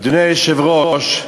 אדוני היושב-ראש,